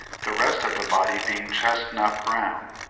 the rest of the body being chestnut-brown,